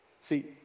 See